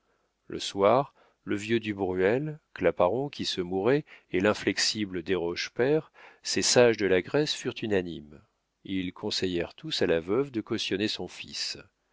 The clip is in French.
le soir le vieux du bruel claparon qui se mourait et l'inflexible desroches père ces sages de la grèce furent unanimes ils conseillèrent tous à la veuve de cautionner son fils